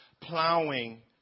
plowing